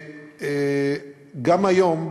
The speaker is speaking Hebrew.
גם היום,